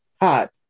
hot